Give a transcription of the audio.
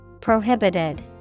Prohibited